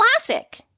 classic